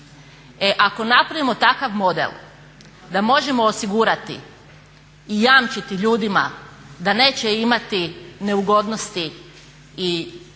ako napravimo takav model da možemo osigurati i jamčiti ljudima da neće imati neugodnosti i stvarati